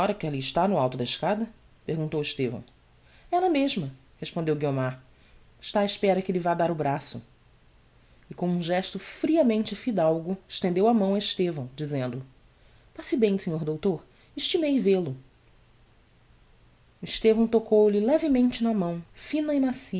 que alli está no alto da escada perguntou estevão é ella mesma respondeu guiomar está á espera que lhe vá dar o braço e com um gesto friamente fidalgo estendeu a mão a estevão dizendo passe bem senhor doutor estimei vêl-o estevão tocou-lhe levemente na mão fina e